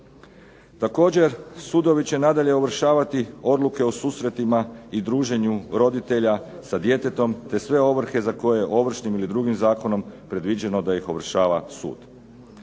Također sudovi će nadalje ovršavati odluke o susretima i druženjima roditelja sa djetetom, te sve ovrhe za koje je ovršnim ili drugim zakonom predviđeno da ih ovršava sud.